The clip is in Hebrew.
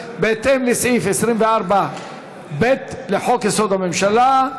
2018, בהתאם לסעיף 24(ב) לחוק-יסוד: הממשלה.